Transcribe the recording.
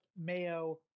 mayo